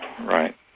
right